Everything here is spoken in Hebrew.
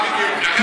נוהרים, בדיוק.